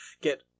Get